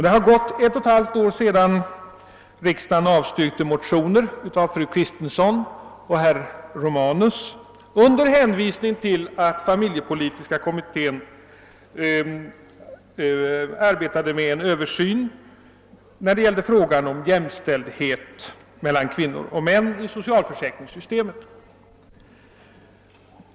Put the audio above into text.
Det har nu gått ett och ett halvt år sedan riksdagen avslog motioner i ämnet, väckta av fru Kristensson och herr Romanus, under hänvisning till att familjepolitiska kommittén arbetade med en översyn av frågan om jämställdhet mellan kvinnor och män i socialförsäkringssystemet.